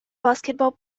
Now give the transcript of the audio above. basketball